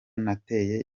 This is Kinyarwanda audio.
nateye